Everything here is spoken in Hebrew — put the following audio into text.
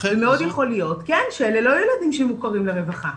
מאוד יכול להיות שאלה לא ילדים שמוכרים לרווחה.